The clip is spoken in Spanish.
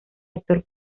actor